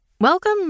Welcome